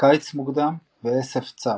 "קיץ מוקדם" ו"עשב צף".